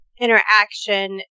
Interaction